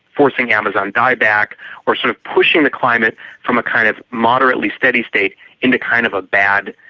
forcing amazon dieback or, sort of, pushing the climate from a kind of moderately steady state into kind of a bad,